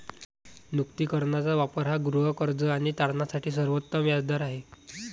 नूतनीकरणाचा वापर हा गृहकर्ज आणि तारणासाठी सर्वोत्तम व्याज दर आहे